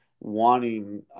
wanting